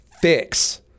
fix